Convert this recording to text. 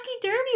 Derby